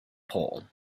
pole